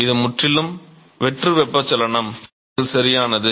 இது முற்றிலும் வெற்று வெப்பச்சலனச் சிக்கல் சரியானது